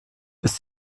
ist